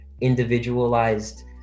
individualized